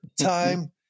time